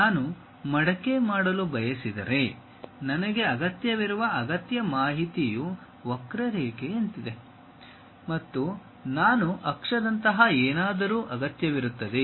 ನಾನು ಮಡಕೆ ಮಾಡಲು ಬಯಸಿದರೆ ನನಗೆ ಅಗತ್ಯವಿರುವ ಅಗತ್ಯ ಮಾಹಿತಿಯು ವಕ್ರರೇಖೆಯಂತಿದೆ ಮತ್ತು ನಾನು ಅಕ್ಷದಂತಹ ಏನಾದರೂ ಅಗತ್ಯವಿರುತ್ತದೆ